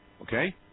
Okay